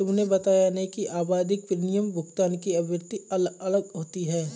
तुमने बताया नहीं कि आवधिक प्रीमियम भुगतान की आवृत्ति अलग अलग होती है